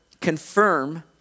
confirm